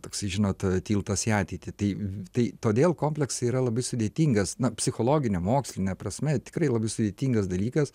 toksai žinot tiltas į ateitį tai tai todėl kompleksai yra labai sudėtingas na psichologine moksline prasme tikrai labai sudėtingas dalykas